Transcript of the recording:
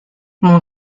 mon